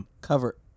cover